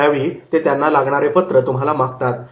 त्यावेळी ते त्यांना लागणारे पत्र तुम्हाला मागतात